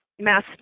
mass